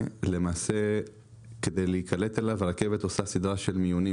כדי להיקלט לתפקיד הזה הרכבת עושה סדרה של מיונים.